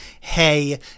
hey